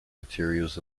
materials